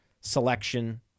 selection